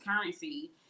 currency